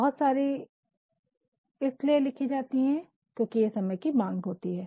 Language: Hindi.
बहुत सारी इसलिए लिखी जाती है क्योंकि ये समय की मांग होती है